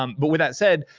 um but with that said,